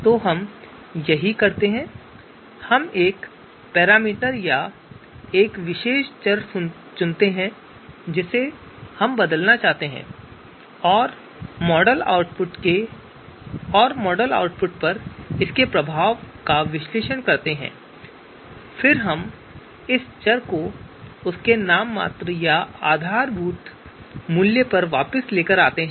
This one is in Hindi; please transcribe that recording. तो हम यही करते हैं हम एक पैरामीटर या एक विशेष चर चुनते हैं जिसे हम बदलना चाहते हैं और मॉडल के आउटपुट पर इसके प्रभाव का विश्लेषण करते हैं और फिर हम इस चर को उसके नाममात्र या आधारभूत मूल्य पर वापस लाते हैं